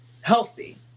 healthy